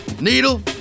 Needle